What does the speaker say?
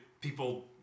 people